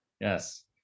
yes